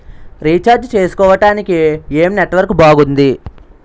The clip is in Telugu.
రీఛార్జ్ చేసుకోవటానికి ఏం నెట్వర్క్ బాగుంది?